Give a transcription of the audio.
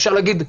אפשר להגיד,